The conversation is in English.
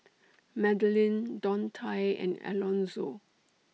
Madilynn Dontae and Alonzo